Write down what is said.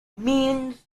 means